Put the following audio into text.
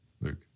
luke